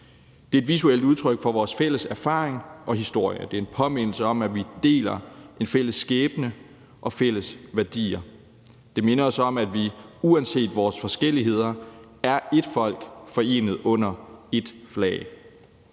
Det er et visuelt udtryk for vores fælles erfaring og historie. Det er en påmindelse om, at vi deler en fælles skæbne og fælles værdier. Det minder os om, at vi uanset vores forskelligheder er ét folk forenet under ét flag.